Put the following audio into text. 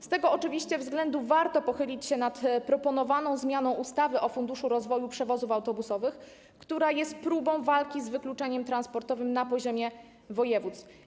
Z tego względu warto pochylić się nad proponowaną zmianą ustawy o funduszu rozwoju przewozów autobusowych, która jest próbą walki z wykluczeniem transportowym na poziomie województw.